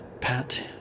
pat